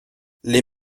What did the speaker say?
les